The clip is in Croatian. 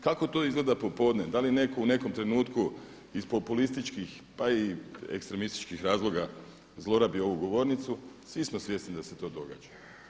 Kako to izgleda popodne, da li je netko u nekom trenutku iz populističkih pa i ekstremističkih razloga zlorabio ovu govornicu, svi smo svjesni da se to događa.